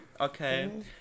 Okay